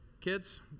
Kids